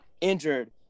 injured